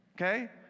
okay